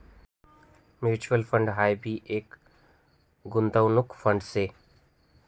mutual fund हाई भी एक गुंतवणूक फंड शे